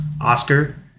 Oscar